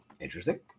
interesting